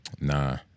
Nah